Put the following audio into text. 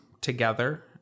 together